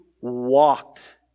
walked